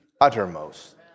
uttermost